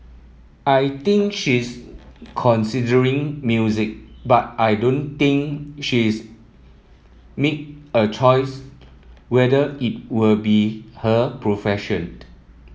I think she's considering music but I don't think she's made a choice whether it will be her profession